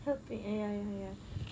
hope they ya ya ya